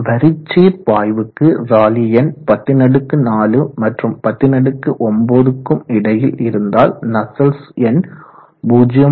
வரிச்சீர் பாய்வுக்கு ராலி எண் 104 மற்றும் 109 கும் இடையில் இருந்தால் நஸ்சல்ட்ஸ் எண் 0